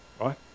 Right